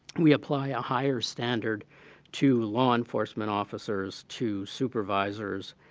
we apply a higher standard to law enforcement officers, to supervisors,